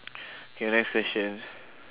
K next question